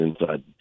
inside